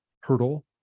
hurdle